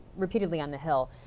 repeatedly on the hill.